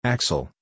Axel